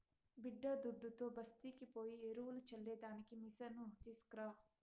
బిడ్డాదుడ్డుతో బస్తీకి పోయి ఎరువులు చల్లే దానికి మిసను తీస్కరా